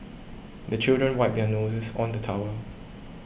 the children wipe their noses on the towel